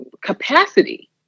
capacity